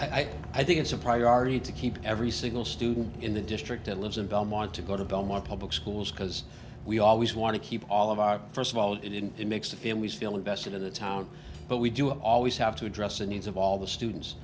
do i think it's a priority to keep every single student in the district it lives in belmont to go to belmont public schools because we always want to keep all of our first of all it in the mix the families feel invested in the town but we do always have to address the needs of all the students